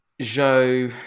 Joe